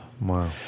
Wow